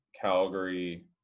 Calgary